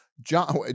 John